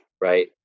right